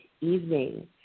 evening